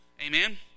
Amen